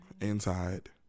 Inside